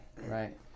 right